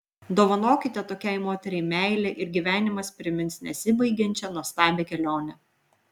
dovanokite tokiai moteriai meilę ir gyvenimas primins nesibaigiančią nuostabią kelionę